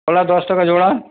কলা দশ টাকা জোড়া